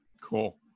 Cool